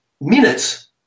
minutes